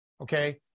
Okay